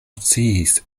sciis